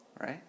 right